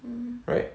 right